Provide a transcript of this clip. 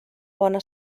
bona